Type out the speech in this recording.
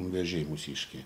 vėžiai mūsiškiai